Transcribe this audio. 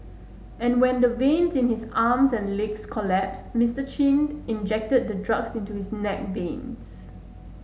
and when the veins in his arms and legs collapsed Mister Chin injected the drugs into his neck veins